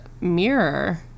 mirror